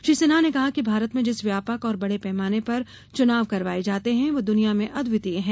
श्री सिन्हा ने कहा कि भारत में जिस व्यापक और बड़े पैमाने पर चुनाव करवाएं जाते हैं वो दुनिया में अद्वितीय है